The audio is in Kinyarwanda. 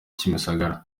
kimisagara